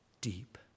deep